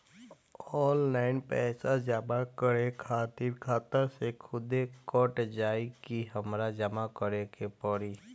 Online पैसा जमा करे खातिर खाता से खुदे कट जाई कि हमरा जमा करें के पड़ी?